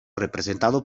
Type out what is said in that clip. representado